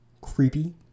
creepy